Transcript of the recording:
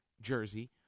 Jersey